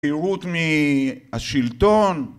עירות מהשלטון